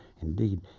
indeed